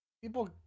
People